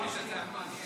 אמרו לי שזה היה מעניין.